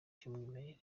cy’umwimerere